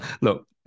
look